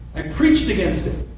i preached against it.